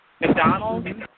McDonald's